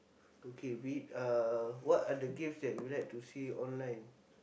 okay be it uh what are the games that you like to see online